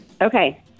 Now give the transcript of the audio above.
Okay